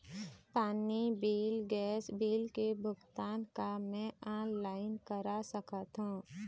पानी bill gas bill के भुगतान का मैं ऑनलाइन करा सकथों?